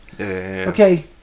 okay